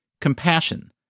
Compassion